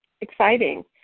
exciting